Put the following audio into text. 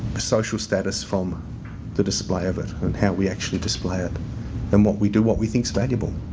social status from the display of it and how we actually display it and what we do what we think's valuable.